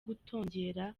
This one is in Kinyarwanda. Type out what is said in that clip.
kutongera